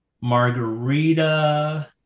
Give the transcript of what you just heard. margarita